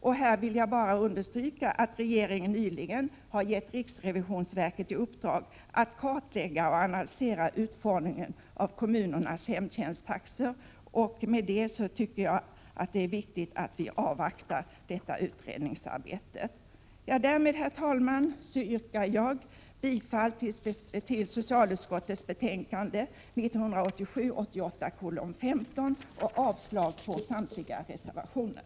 Jag vill understryka att regeringen nyligen har gett riksrevisionsverket i uppdrag att kartlägga och analysera utformningen av taxorna inom kommunernas hemtjänst. Det är därför viktigt att vi avvaktar detta utredningsarbete. Därmed, herr talman, yrkar jag bifall till socialutskottets hemställan i dess betänkande 1987/88:15, vilket innebär avslag på samtliga reservationer.